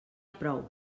prou